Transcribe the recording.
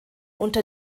unter